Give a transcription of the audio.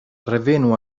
revenu